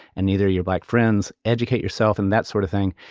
and neither your black friends educate yourself and that sort of thing.